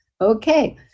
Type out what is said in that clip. Okay